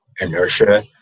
inertia